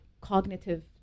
cognitive